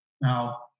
Now